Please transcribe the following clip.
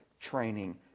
training